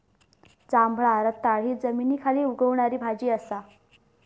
जांभळा रताळा हि जमनीखाली उगवणारी भाजी असा